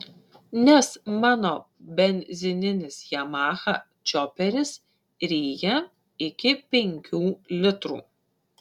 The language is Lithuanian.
nes mano benzininis yamaha čioperis ryja iki penkių litrų